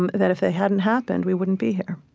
um that if they hadn't happened, we wouldn't be here